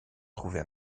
trouver